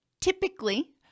typically